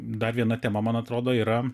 dar viena tema man atrodo yra